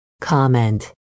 comment